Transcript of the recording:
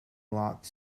loch